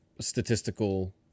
statistical